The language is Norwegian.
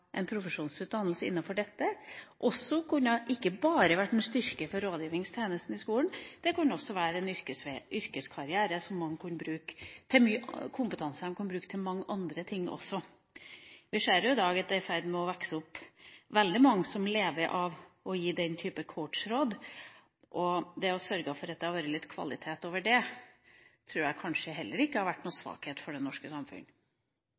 en profesjonsutdannelse innenfor dette, kunne vært en styrke ikke bare for rådgivningstjenesten i skolen, det kunne også være en kompetanse som man kunne bruke til mange andre ting. Vi ser jo i dag at det er i ferd med å vokse opp veldig mange bedrifter som lever av å gi den type coaching. Det å sørge for at det hadde blitt litt kvalitet over det, tror jeg kanskje heller ikke hadde vært noen svakhet for det norske